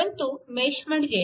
परंतु मेश म्हणजे